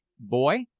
boy,